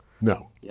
No